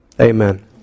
Amen